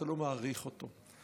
אתה לא מעריך אותו.